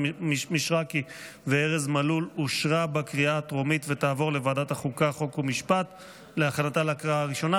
2023, לוועדת החוקה, חוק ומשפט נתקבלה.